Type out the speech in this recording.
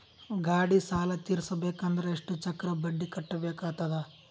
ಗಾಡಿ ಸಾಲ ತಿರಸಬೇಕಂದರ ಎಷ್ಟ ಚಕ್ರ ಬಡ್ಡಿ ಕಟ್ಟಬೇಕಾಗತದ?